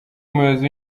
umuyobozi